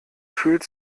fühlt